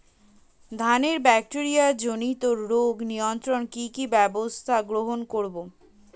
ধানের ব্যাকটেরিয়া জনিত রোগ নিয়ন্ত্রণে কি কি ব্যবস্থা গ্রহণ করব?